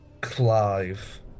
Clive